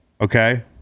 okay